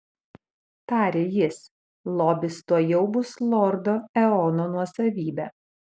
tarė jis lobis tuojau bus lordo eono nuosavybė